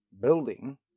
building